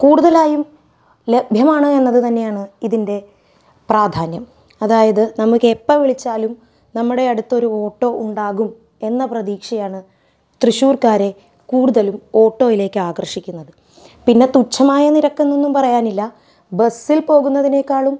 കൂടുതലായും ലഭ്യമാണ് എന്നത് തന്നെയാണ് ഇതിൻ്റെ പ്രാധാന്യം അതായത് നമുക്ക് എപ്പം വിളിച്ചാലും നമ്മുടെ അടുത്ത് ഒരു ഓട്ടോ ഉണ്ടാകും എന്ന പ്രതീക്ഷയാണ് ത്രിശ്ശൂർക്കാരെ കൂടുതലും ഓട്ടോയിലേക്ക് ആകർഷിക്കുന്നത് പിന്നെ തുച്ഛമായ നിരക്കന്നൊന്നും പറയാനില്ല ബസ്സിൽ പോകുന്നതിനേക്കാളും